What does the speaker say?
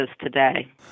today